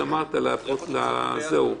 למצער לכל הפחות ולא למרבה הצער.